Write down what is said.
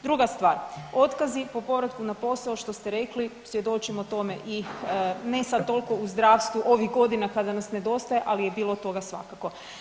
Druga stvar, otkazi po povratku na posao što ste rekli, svjedočimo tome i ne sad toliko u zdravstvu ovih godina kada nas nedostaje, ali je bilo toga svakako.